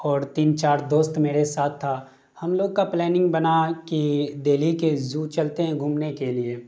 اور تین چار دوست میرے ساتھ تھا ہم لوگ کا پلاننگ بنا کہ دہلی کے زو چلتے ہیں گھومنے کے لیے